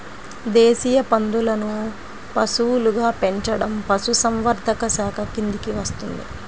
దేశీయ పందులను పశువులుగా పెంచడం పశుసంవర్ధక శాఖ కిందికి వస్తుంది